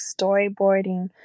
storyboarding